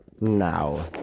now